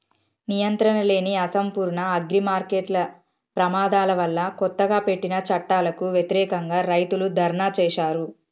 నియంత్రణలేని, అసంపూర్ణ అగ్రిమార్కెట్ల ప్రమాదాల వల్లకొత్తగా పెట్టిన చట్టాలకు వ్యతిరేకంగా, రైతులు ధర్నా చేశారు